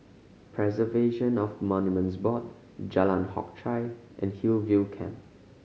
Preservation of Monuments Board Jalan Hock Chye and Hillview Camp